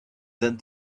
that